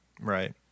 right